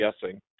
guessing